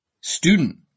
Student